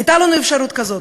הייתה לנו אפשרות כזאת.